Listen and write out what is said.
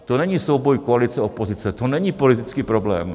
To není souboj koaliceopozice, to není politický problém.